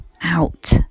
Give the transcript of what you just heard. out